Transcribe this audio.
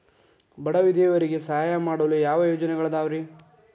ಬಡ ವಿಧವೆಯರಿಗೆ ಸಹಾಯ ಮಾಡಲು ಯಾವ ಯೋಜನೆಗಳಿದಾವ್ರಿ?